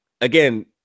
Again